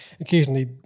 occasionally